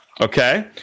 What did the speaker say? Okay